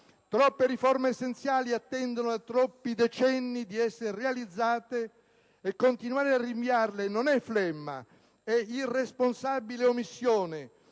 Troppe riforme essenziali attendono da troppi decenni di essere realizzate, e continuare a rinviarle non è flemma, è irresponsabile omissione,